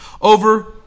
over